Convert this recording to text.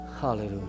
Hallelujah